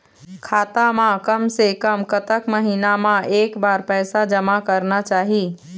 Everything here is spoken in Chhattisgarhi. खाता मा कम से कम कतक महीना मा एक बार पैसा जमा करना चाही?